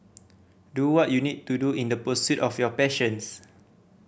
do what you need to do in the pursuit of your passions